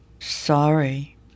Sorry